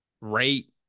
rate